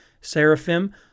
seraphim